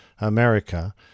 America